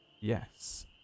yes